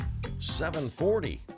740